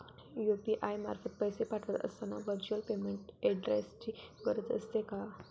UPI मार्फत पैसे पाठवत असताना व्हर्च्युअल पेमेंट ऍड्रेसची गरज असते का?